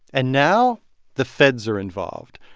and now the feds are involved.